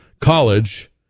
College